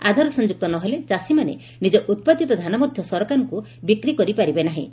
ଆଧାର ସଂଯୁକ୍ତ ନହେଲେ ଚାଷୀମାନେ ନିକ ଉପାଦିତ ଧାନ ମଧ୍ଧ ସରକାରଙ୍କୁ ବିକ୍ରି କରିପାରିବେ ନାହିଁ